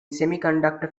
semiconductor